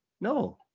No